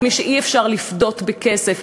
את מי שאי-אפשר לפדות בכסף,